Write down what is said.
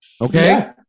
Okay